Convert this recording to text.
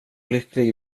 lycklig